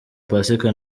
pasika